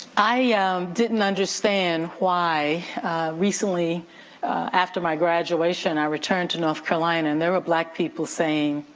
i didn't understand why recently after my graduation, i returned to north carolina and there were black people saying,